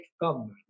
government